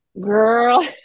Girl